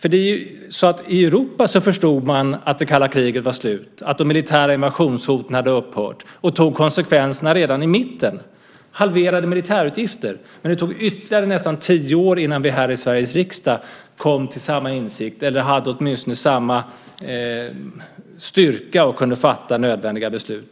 I Europa förstod man att det kalla kriget var slut, att de militära invasionshoten hade upphört, och tog konsekvenserna redan i mitten, halverade militäruppgifter, men det tog ytterligare nästan tio år innan vi här i Sveriges riksdag kom till samma insikt eller åtminstone hade samma styrka och kunde fatta nödvändiga beslut.